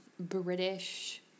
british